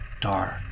dark